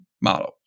model